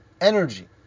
energy